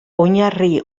oinarri